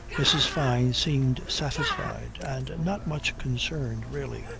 mrs. fyne seemed satisfied and not much concerned really.